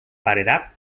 paredat